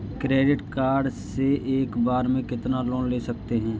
Credit card से एक बार में कितना लोन ले सकते हैं?